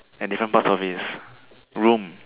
in different parts of his room